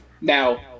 Now